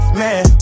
man